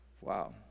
Wow